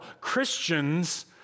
Christians